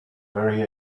very